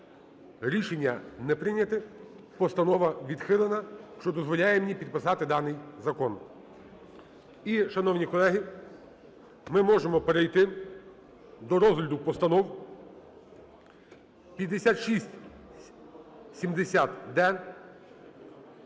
Рішення не прийнято. Постанова відхилена, що дозволяє мені підписати даний закон. І, шановні колеги, ми можемо перейти до розгляду постанов 5670-д,